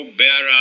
bear